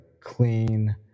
clean